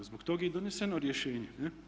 Zbog toga je i doneseno rješenje.